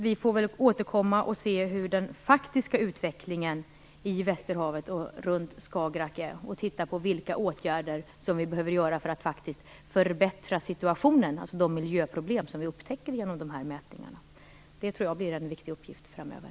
Vi får väl återkomma när vi ser hur den faktiska utvecklingen i Västerhavet och runt Skagerrak är och titta på vilka åtgärder som vi behöver göra för att faktiskt förbättra situationen när det gäller de miljöproblem som vi upptäcker genom de här mätningarna. Jag tror att det blir en viktig uppgift framöver.